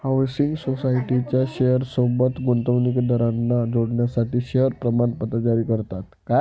housing सोसायटीच्या share सोबत गुंतवणूकदारांना जोडण्यासाठी शेअर प्रमाणपत्र जारी करतात